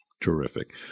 Terrific